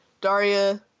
Daria